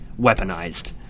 weaponized